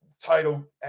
title